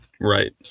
Right